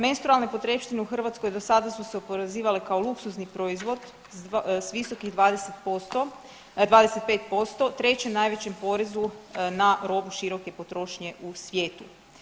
Menstrualne potrepštine u Hrvatskoj do sada su se oporezivale kao luksuzni proizvod s visokih 25% trećem najvećem porezu na robu široke potrošnje u svijetu.